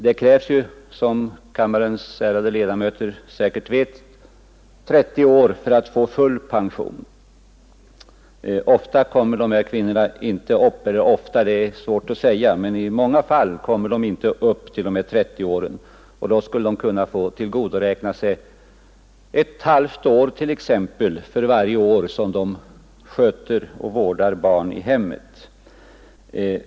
Det krävs, som kammarens ärade ledamöter säkert vet, 30 år för att få full pension. I många fall kommer de här kvinnorna inte upp till 30 år, och då skulle de kunna få tillgodoräkna sig t.ex. ett halvt år för varje år som de vårdar barn i hemmet.